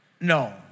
No